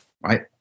right